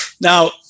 Now